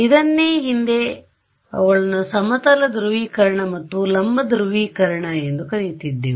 ಇದನ್ನೇ ಹಿಂದೆ ಅವುಗಳನ್ನು ಸಮತಲ ಧ್ರುವೀಕರಣ ಮತ್ತು ಲಂಬ ಧ್ರುವೀಕರಣ ಎಂದು ಕರೆಯುತ್ತಿದ್ದೆವು